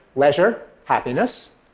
leisure, happiness.